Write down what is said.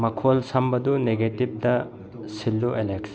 ꯃꯈꯣꯜ ꯁꯝꯕꯗꯨ ꯅꯦꯒꯦꯇꯤꯞꯇ ꯁꯤꯜꯂꯨ ꯑꯦꯂꯦꯛꯁ